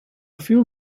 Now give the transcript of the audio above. few